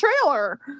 trailer